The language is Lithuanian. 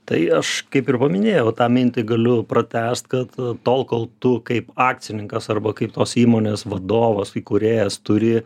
tai aš kaip ir minėjau tą mintį galiu pratęst kad tol kol tu kaip akcininkas arba kaip tos įmonės vadovas įkūrėjas turi